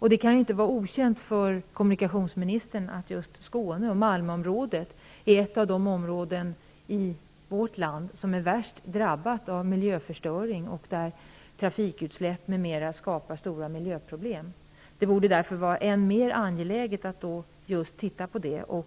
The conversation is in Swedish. Det kan inte vara okänt för kommunikationsministern att just Skåne och Malmöområdet är ett av de områden i vårt land som är värst drabbade av miljöförstöring, där trafikutsläpp m.m. skapar stora miljöproblem. Det borde därför vara än mer angeläget att titta på just de problemen.